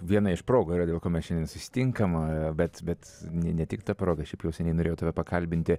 viena iš progų yra dėl ko mes šiandien susitinkam bet bet ne tik ta proga šiaip jau seniai norėjau tave pakalbinti